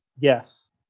Yes